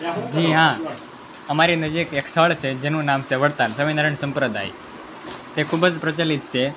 જી હા અમારી નજીક એક સ્થળ છે જેનું નામ છે વડતાલ સ્વામિનારાયણ સંપ્રદાય તે ખૂબ જ પ્રચલિત છે